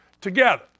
together